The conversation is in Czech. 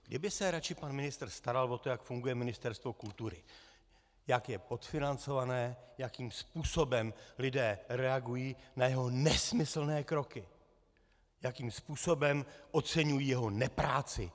Kdyby se radši pan ministr staral o to, jak funguje Ministerstvo kultury, jak je podfinancované, jakým způsobem lidé reagují na jeho nesmyslné kroky, jakým způsobem oceňují jeho nepráci.